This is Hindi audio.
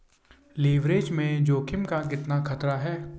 लिवरेज में जोखिम का कितना खतरा है?